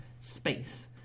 space